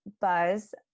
buzz